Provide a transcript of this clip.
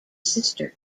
sister